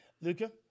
Luca